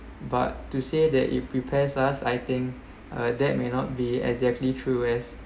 but to say that it prepares us I think uh that may not be exactly true as